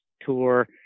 tour